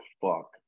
fuck